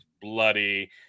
bloody